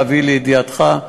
להביא לידיעתך,